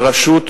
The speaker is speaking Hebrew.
בראשות